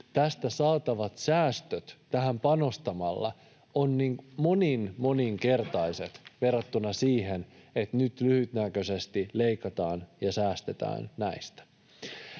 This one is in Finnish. saatavat säästöt ovat monin-, moninkertaiset verrattuna siihen, että nyt lyhytnäköisesti leikataan ja säästetään näistä.